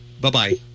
Bye-bye